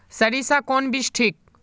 सरीसा कौन बीज ठिक?